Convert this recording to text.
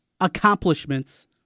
accomplishments